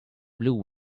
blue